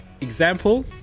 Example